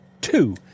Two